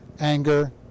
anger